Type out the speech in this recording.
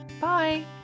Bye